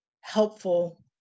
helpful